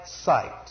sight